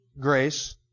grace